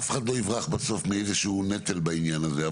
אף אחד לא יברח בסוף מאיזשהו נטל בעניין הזה.